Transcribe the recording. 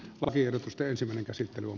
laihdutusteen sementinkäsittely on